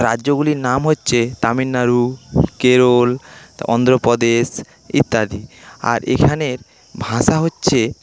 রাজ্যগুলির নাম হচ্ছে তামিলনাড়ু কেরল অন্ধ্রপ্রদেশ ইত্যাদি আর এখানের ভাষা হচ্ছে